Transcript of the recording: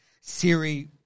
Siri